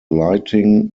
lighting